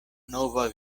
nova